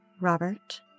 Robert